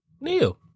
Neil